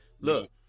Look